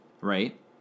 Right